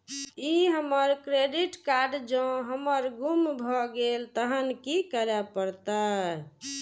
ई हमर credit card जौं हमर गुम भ गेल तहन की करे परतै?